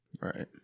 right